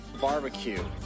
barbecue